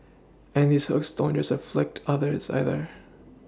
and these hooks don't just afflict otters either